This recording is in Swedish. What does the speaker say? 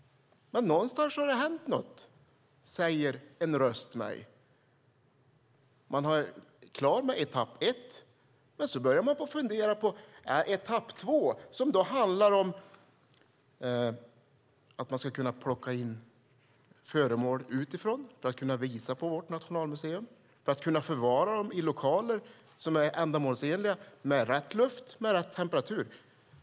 Men någonstans har det hänt något, säger en röst mig. Man är klar med etapp ett, men sedan börjar man fundera på etapp två som handlar om att man ska kunna plocka in föremål utifrån för att kunna visa på vårt Nationalmuseum. Det handlar om att man ska kunna förvara dem i lokaler som är ändamålsenliga med rätt luft och med rätt temperatur.